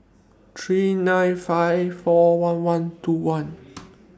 three nine five four one one two one